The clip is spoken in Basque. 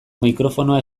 mikrofonoa